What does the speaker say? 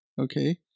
Okay